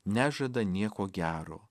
nežada nieko gero